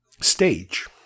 stage